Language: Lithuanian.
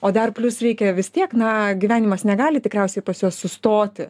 o dar plius reikia vis tiek na gyvenimas negali tikriausiai pas juos sustoti